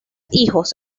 hijos